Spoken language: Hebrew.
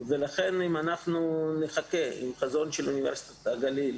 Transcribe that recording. לכן אם נחכה עם החזון של אוניברסיטה בגליל